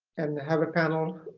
and have a panel